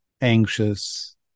anxious